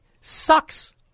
Sucks